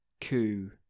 coup